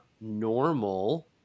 normal